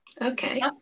Okay